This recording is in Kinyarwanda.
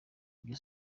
ibyo